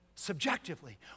subjectively